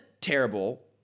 terrible